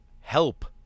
help